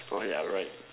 oh yeah right